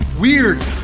weird